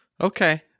okay